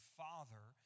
father